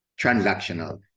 transactional